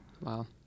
Wow